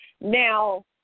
Now